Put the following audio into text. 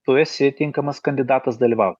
tu esi tinkamas kandidatas dalyvaut